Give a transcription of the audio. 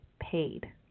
paid